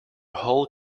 whole